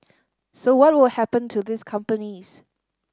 so what will happen to these companies